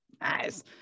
nice